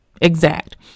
exact